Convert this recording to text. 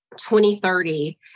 2030